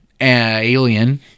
alien